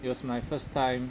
it was my first time